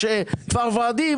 יש את כפר ורדים,